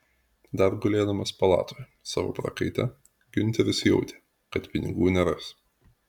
dar gulėdamas palatoje savo prakaite giunteris jautė kad pinigų neras